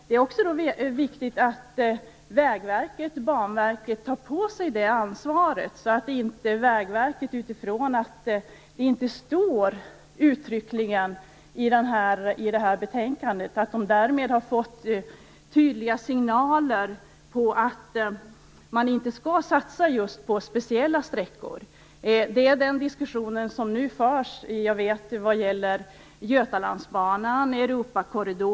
Det är också viktigt att Vägverket och Banverket tar på sig det ansvaret. Det nämns inga sträckor i betänkandet, men Vägverket får inte tro att man därmed har fått tydliga signaler om att det inte skall satsas just på speciella sträckor. Det är den diskussionen som nu förs vad gäller Götalandsbanan och Europakorridoren.